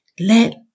let